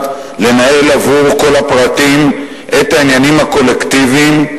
לנהל עבור כל הפרטים את העניינים הקולקטיביים,